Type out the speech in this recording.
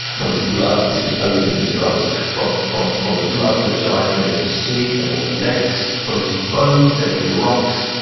from his blood, this is odin and his brothers. from from the blood of the giant, they made the sea and all the lakes. from his bones, they made the rocks.